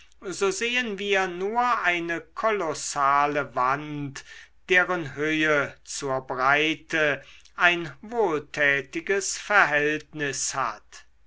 so sehen wir nur eine kolossale wand deren höhe zur breite ein wohltätiges verhältnis hat